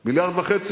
1.5 מיליארד.